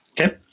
Okay